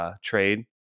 trade